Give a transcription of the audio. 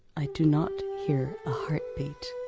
i do not hear a heartbeat.